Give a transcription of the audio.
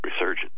Resurgent